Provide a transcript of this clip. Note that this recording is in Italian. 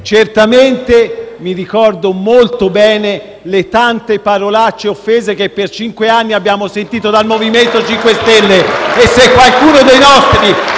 Certamente mi ricordo molto bene le tante parolacce e offese che per cinque anni abbiamo sentito dal MoVimento 5 Stelle. (Applausi dai Gruppi